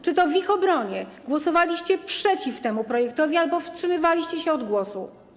Czy to w ich obronie głosowaliście przeciw temu projektowi albo wstrzymywaliście się od głosu?